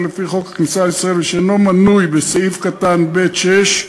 לפי חוק הכניסה לישראל ושאינו מנוי בסעיף קטן (ב)(6),